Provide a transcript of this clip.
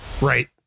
Right